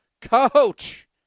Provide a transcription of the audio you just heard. Coach